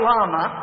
Lama